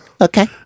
Okay